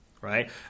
right